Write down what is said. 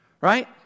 right